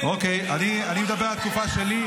אוקיי, אני מדבר על התקופה שלי.